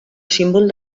símbol